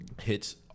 hits